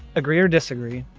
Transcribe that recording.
agree or disagree?